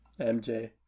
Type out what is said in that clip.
mj